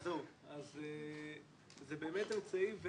זה באמת אמצעי.